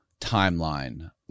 timeline